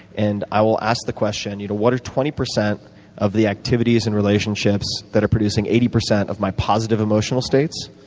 and i will ask the question, you know what are twenty percent of the activities and relationships that are producing eighty percent of my positive emotional states?